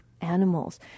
animals